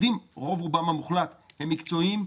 רוב רובם המוחלט של התאגידים הם מקצועיים,